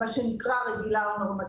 מה שנקרא רגילה או נורמטיבית.